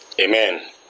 amen